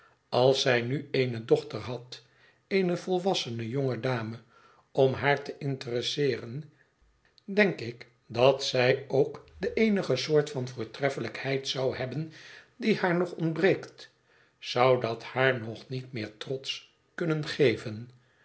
als zij nu eene dochter had eene volwassene jonge dame om haar te interesseeren denk ik dat zij ook de eenige soort van voortreffelijkheid zou hebben die haar nog ontbreekt zou dat haar nog niet meer trots kunnen geven